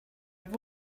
i’ve